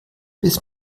bis